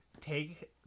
take